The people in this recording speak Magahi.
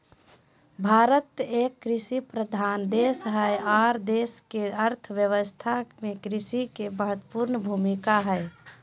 भारत एक कृषि प्रधान देश हई आर देश के अर्थ व्यवस्था में कृषि के महत्वपूर्ण भूमिका हई